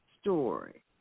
story